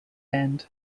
end